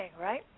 right